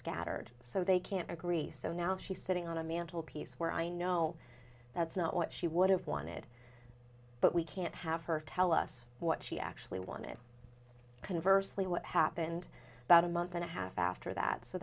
scattered so they can't agree so now she's sitting on a mantel piece where i know that's not what she would have wanted but we can't have her tell us what she actually wanted converse lee what happened about a month and a half after that so